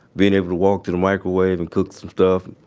being able to walk to the microwave and cook some stuff.